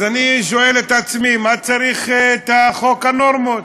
אז אני שואל את עצמי: מה צריך את חוק הנורמות?